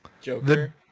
Joker